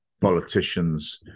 politicians